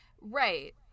right